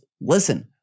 listen